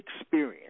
experience